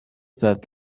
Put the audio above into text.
that